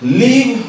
leave